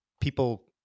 people